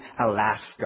Alaska